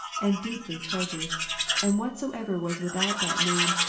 and deeply treasured and whatsoever was without that name,